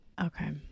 Okay